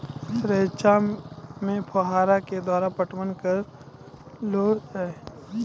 रचा मे फोहारा के द्वारा पटवन करऽ लो जाय?